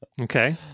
Okay